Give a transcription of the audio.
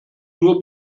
nur